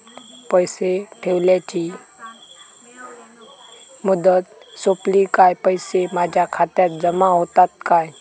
पैसे ठेवल्याची मुदत सोपली काय पैसे माझ्या खात्यात जमा होतात काय?